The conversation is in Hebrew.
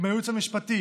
עם הייעוץ המשפטי,